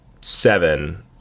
seven